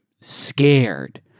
scared